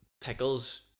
pickles